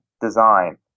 design